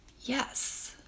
yes